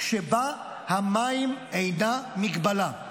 שבה המים אינם מגבלה,